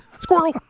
squirrel